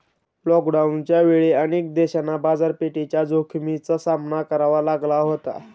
लॉकडाऊनच्या वेळी अनेक देशांना बाजारपेठेच्या जोखमीचा सामना करावा लागला होता